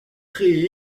créé